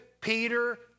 Peter